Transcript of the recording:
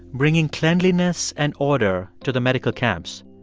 bringing cleanliness and order to the medical camps.